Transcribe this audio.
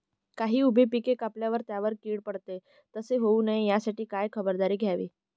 काही उभी पिके कापल्यावर त्यावर कीड पडते, तसे होऊ नये यासाठी काय खबरदारी घ्यावी?